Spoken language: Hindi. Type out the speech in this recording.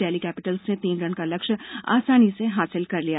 डेल्ही कैपिटल्स ने तीन रन का लक्ष्य आसानी से हासिल कर लिया